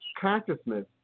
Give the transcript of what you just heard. consciousness